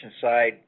side